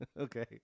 Okay